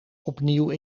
opnieuw